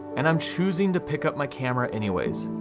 and i'm choosing to pick up my camera anyways.